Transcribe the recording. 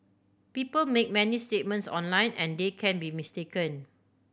people make many statements online and they can be mistaken